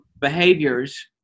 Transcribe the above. behaviors